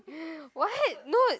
what no